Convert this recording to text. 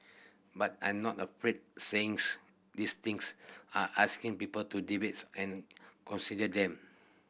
but I'm not afraid saying these things are asking people to debate and consider them